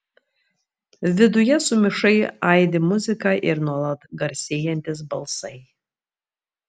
viduje sumišai aidi muzika ir nuolat garsėjantys balsai